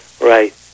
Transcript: Right